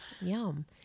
Yum